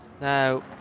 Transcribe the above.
Now